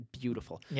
beautiful